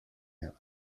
here